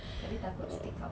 saya takut stick out